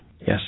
Yes